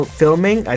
filming